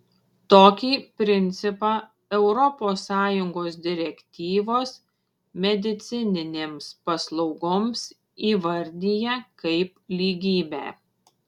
tokį principą europos sąjungos direktyvos medicininėms paslaugoms įvardija kaip lygybę